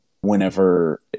whenever